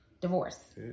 divorce